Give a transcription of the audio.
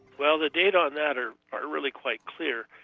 well the data on that are are really quite clear.